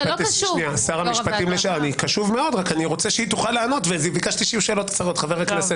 אתה רוצה גם להעלות שאלה קצרה?